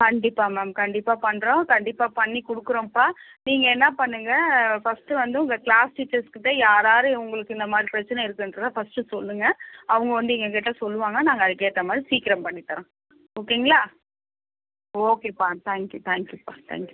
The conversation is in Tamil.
கண்டிப்பாக மேம் கண்டிப்பாக பண்ணுறோம் கண்டிப்பாக பண்ணி கொடுக்குறோம்ப்பா நீங்கள் என்ன பண்ணுங்கள் ஃபஸ்ட்டு வந்து உங்கள் க்ளாஸ் டீச்சர்ஸ் கிட்ட யாராரு இவங்களுக்கு இந்தமாதிரி பிரச்சனை இருக்கின்றத ஃபஸ்ட்டு சொல்லுங்கள் அவங்க வந்து எங்கிட்ட சொல்லுவாங்க நாங்கள் அதுக்கேத்தமாதிரி சீக்கிரம் பண்ணி தரோம் ஓகேங்களா ஓகேப்பா தேங்க்கியூ தேங்க்கியூப்பா தேங்க்கியூ